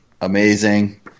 amazing